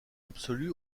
absolue